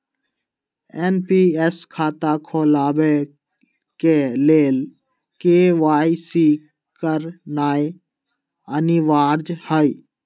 NPS खता खोलबाबे के लेल के.वाई.सी करनाइ अनिवार्ज हइ